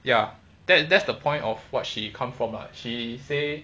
ya that that's the point of what she come from ah she said